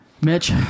Mitch